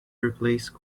replace